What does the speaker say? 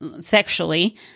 sexually